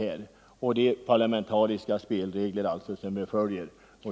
Sök följa de parlamentariska spelreglerna!